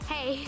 Hey